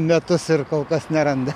metus ir kol kas neranda